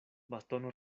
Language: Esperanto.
bastono